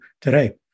today